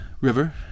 river